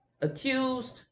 accused